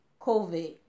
COVID